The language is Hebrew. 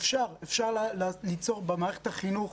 אפשר, אפשר ליצור במערכת החינוך,